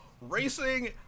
Racing